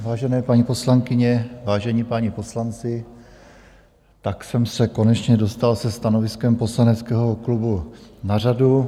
Vážené paní poslankyně, vážení páni poslanci, tak jsem se konečně dostal se stanoviskem poslaneckého klubu na řadu.